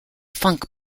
funk